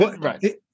Right